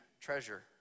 treasure